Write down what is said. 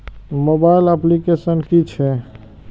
Mobile application कि छै?